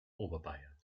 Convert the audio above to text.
oberbayern